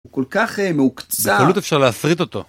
הוא כל כך אה מעוקצץ, בקלות אפשר להפריט אותו